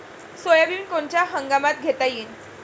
Soybean कोनच्या हंगामात घेता येईन?